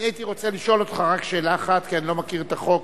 אני הייתי רוצה לשאול אותך רק שאלה אחת כי אני לא מכיר את החוק.